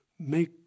Make